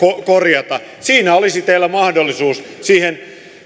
korjata siinä olisi teillä mahdollisuus siihen